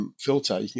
filter